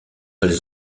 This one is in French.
elles